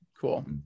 cool